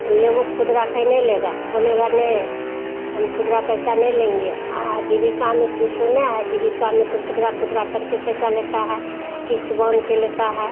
ये वो खुदरा नहीं लेगा बोलेगा नहीं हम खुदरा पैसा नई लेंगे आजीविका में तो सुना है जीविका में तो खुदरा खुदरा करके पैसा लेता है किश्त बन के लेता है